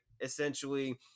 Essentially